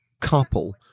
couple